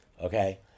okay